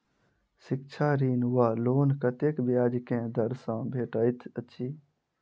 शिक्षा ऋण वा लोन कतेक ब्याज केँ दर सँ भेटैत अछि?